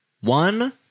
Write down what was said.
one